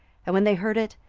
and when they heard it,